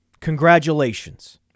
Congratulations